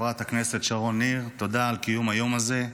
חברת הכנסת שרון ניר, תודה על קיום היום הזה.